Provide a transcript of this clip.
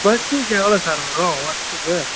bus fees எவ்வளோ sir வரும் வருசத்துக்கு